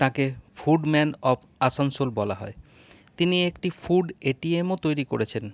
তাকে food man of Asansol বলা হয় তিনি একটি ফুড এ টি এমও তৈরি করেছেন